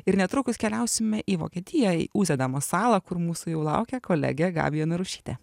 ir netrukus keliausime į vokietiją į uzedamas salą kur mūsų jau laukia kolegė gabija narušytė